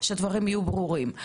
שהדברים יהיו ברורים,